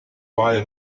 buy